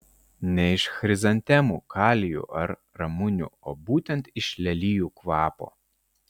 ne iš chrizantemų kalijų ar ramunių o būtent iš lelijų kvapo